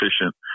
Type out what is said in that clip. efficient